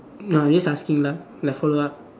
no just asking lah like follow up